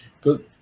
Good